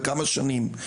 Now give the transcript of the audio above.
וכמה שנים.